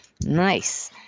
nice